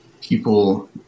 people